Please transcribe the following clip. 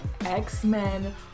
X-Men